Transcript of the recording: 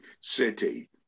city